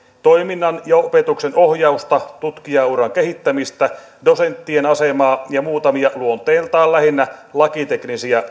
toiminnan ja opetuksen ohjausta tutkijauran kehittämistä dosenttien asemaa ja muutamia luonteeltaan lähinnä lakiteknisiä